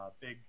big